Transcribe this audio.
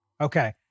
Okay